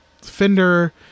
Fender